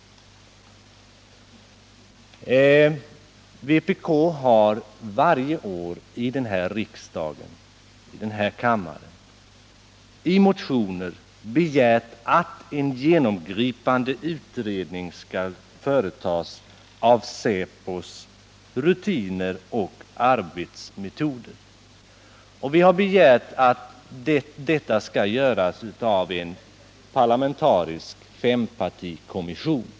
Vpk har i motioner varje år begärt att en genomgripande utredning skall företas av SÄPO:s rutiner och arbetsmetoder. Vi har begärt att detta skall göras av en parlamentarisk fempartikommission.